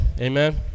Amen